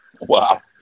Wow